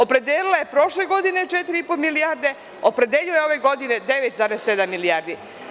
Opredelila je prošle godine 4,5 milijarde, opredeljuje ove godine 9,7 milijardi.